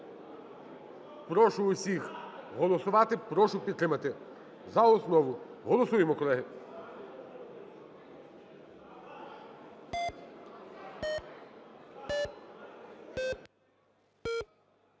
Прошу усіх голосувати, прошу підтримати за основу. Голосуємо, колеги.